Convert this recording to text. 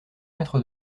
mètres